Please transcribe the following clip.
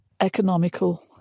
economical